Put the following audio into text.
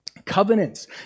covenants